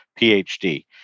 PhD